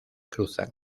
cruzan